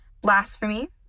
blasphemy